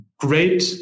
Great